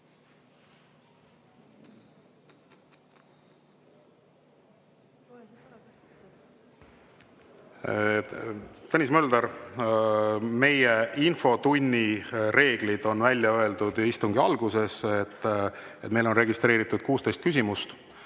Tõnis Mölder, meie infotunni reeglid on välja öeldud istungi alguses. Meil on registreeritud 16 küsimust